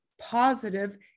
positive